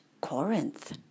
Corinth